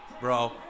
bro